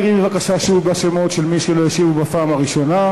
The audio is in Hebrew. קראי בבקשה שוב בשמות של מי שלא השיבו בפעם הראשונה.